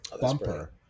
bumper